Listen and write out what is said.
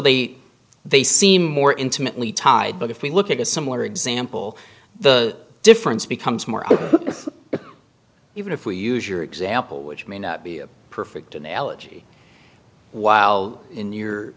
the they seem more intimately tied but if we look at a similar example the difference becomes more even if we use your example which may not be a perfect analogy while in your